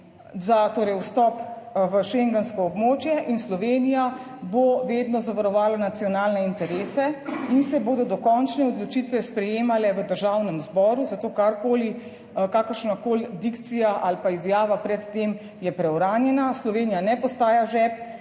vstop v Schengensko območje in Slovenija bo vedno zavarovala nacionalne interese in se bodo dokončne odločitve sprejemale v Državnem zboru, zato karkoli, kakršnakoli dikcija ali pa izjava pred tem je preuranjena. Slovenija ne postaja žep